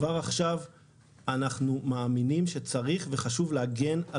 כבר עכשיו אנחנו מאמינים שצריך וחשוב להגן על